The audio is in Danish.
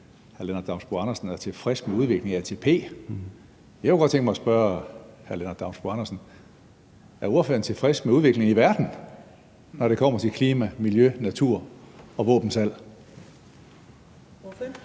hr. Lennart Damsbo-Andersen, om han er tilfreds med udviklingen i ATP. Jeg kunne godt tænke mig at spørge hr. Lennart Damsbo-Andersen: Er ordføreren tilfreds med udviklingen i verden, når det kommer til klima, miljø, natur og våbensalg?